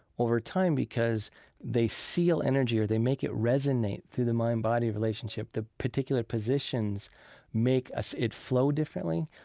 over time because they seal energy or they make it resonate through the mind-body relationship. the particular positions make us, it flowed differently.